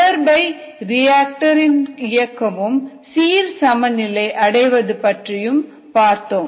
தொடர்பை ரிஆக்டர் இன் இயக்கமும் சீர் சமநிலை அடைவது பற்றியும் பார்த்தோம்